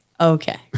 Okay